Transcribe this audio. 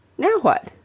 now what?